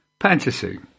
Fantasy